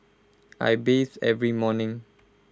I bathe every morning